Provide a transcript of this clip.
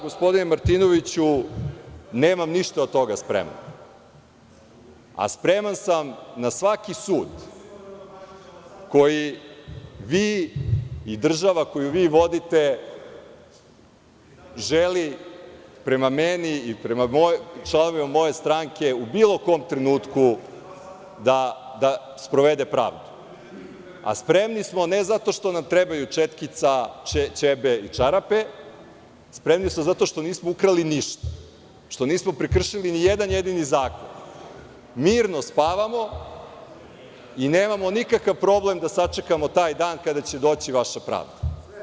Gospodine Martinoviću, ja nemam ništa od toga spremno, a spreman sam na svaki sud koji vi i država koju vi vodite želi prema meni i prema članovima moje stranke u bilo kom trenutku da sprovode pravdu, a spremni smo ne zato što nam trebaju četkica, ćebe i čarape, spremni smo zato što nismo ukrali ništa, što nismo prekršili ni jedan jedini zakon. mirno spavamo i nemamo nikakav problem da sačekamo taj dan kada će doći vaša pravda.